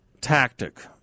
tactic